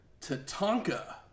Tatanka